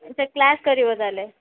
ସେ କ୍ଲାସ୍ କରିବ ତାହେଲେ